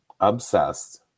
obsessed